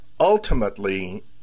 Ultimately